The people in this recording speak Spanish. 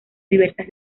diversas